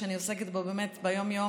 שאני עוסקת בו ביום-יום,